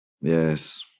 Yes